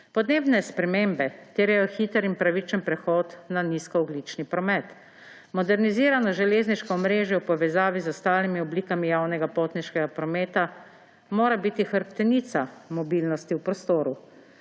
Podnebne spremembe terjajo hiter in pravičen prehod na nizkoogljični promet. Modernizirano železniško omrežje v povezavi z ostalimi oblikami javnega potniškega prometa mora biti hrbtenica mobilnosti v prostoru.